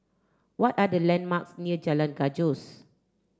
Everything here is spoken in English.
what are the landmarks near Jalan Gajus